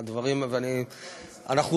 אני חושבת שאנחנו